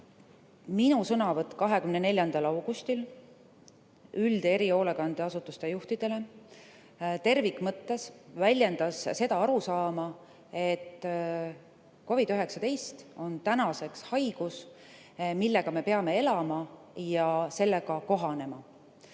Minu sõnavõtt 24. augustil üld‑ ja erihoolekandeasutuste juhtidele tervikmõttes väljendas seda arusaama, et COVID‑19 on tänaseks haigus, millega me peame elama ja kohanema.